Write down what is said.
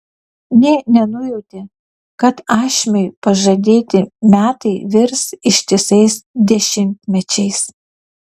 nė nenujautė kad ašmiui pažadėti metai virs ištisais dešimtmečiais